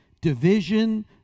division